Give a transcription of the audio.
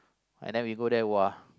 and then we go there !wah!